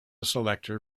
selector